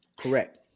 Correct